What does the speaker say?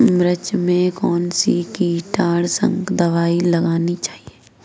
मिर्च में कौन सी कीटनाशक दबाई लगानी चाहिए?